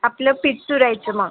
आपलं पीठ चुरायचं मग